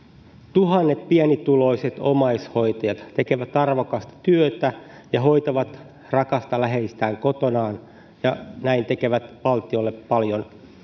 tuhannet pienituloiset omaishoitajat tekevät arvokasta työtä ja hoitavat rakasta läheistään kotonaan ja näin tekevät valtiolle paljon